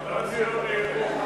להצעה לסדר-היום ולהעביר את הנושא